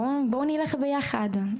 בואו נלך ביחד....